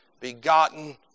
begotten